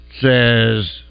says